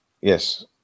yes